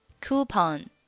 Coupon